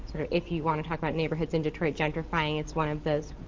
if you wanna talk about neighborhoods in detroit gentrifying, it's one of those